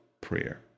prayer